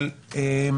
אנו